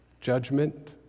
judgment